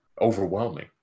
overwhelming